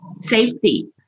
safety